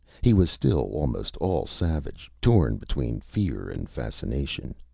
he was still almost all savage, torn between fear and fascination.